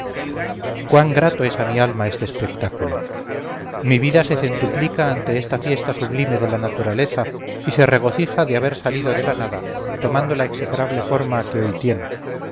cuán grato es a mi alma este espectáculo mi vida se centuplica ante esta fiesta sublime de la naturaleza y se regocija de haber salido de la nada tomando la execrable forma que hoy tiene